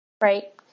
right